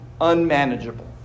unmanageable